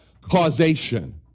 causation